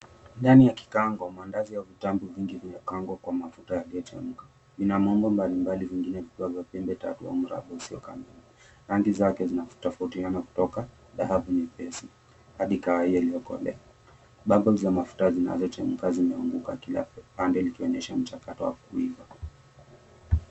Ndani ya kikaango, mandazi au vitambi vingi vimekaangwa kwa mafuta yaliyochemka, ina maumbo mbalimbali vingine vikiwa ya pembe tatu au mraba usiokamili. Rangi zake zinatofautiana kutoka dhahabu nyepesi hadi kahawia iliyokolea. Bubble za mafuta zinazochemka zimeanguka kila pande likionyesha mchakato wa kuiva.